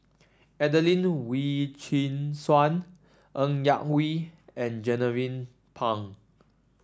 Adelene Wee Chin Suan Ng Yak Whee and Jernnine Pang